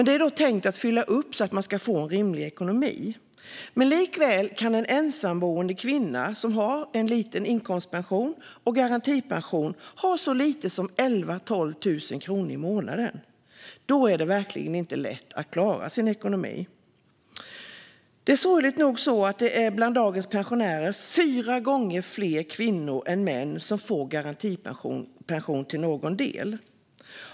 Det är tänkt att fylla upp så att man ska få en rimlig ekonomi, men likväl kan en ensamboende kvinna med liten inkomstpension och garantipension ha så lite som cirka 11 000-12 000 kronor i månaden. Då är det verkligen inte lätt att klara sin ekonomi. Det är sorgligt nog bland dagens pensionärer fyra gånger fler kvinnor än män som till någon del får garantipension.